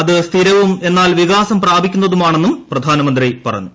അത് സ്ഥിരവും എന്നാൽ വികാസം പ്രാപിക്കുന്നതുമാണെന്നും പ്രധാനമന്ത്രി പറഞ്ഞു